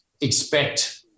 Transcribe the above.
expect